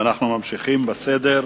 אנו ממשיכים בסדר.